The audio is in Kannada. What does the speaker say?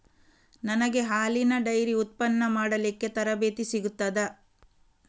ನನಗೆ ಹಾಲಿನ ಡೈರಿ ಉತ್ಪನ್ನ ಮಾಡಲಿಕ್ಕೆ ತರಬೇತಿ ಸಿಗುತ್ತದಾ?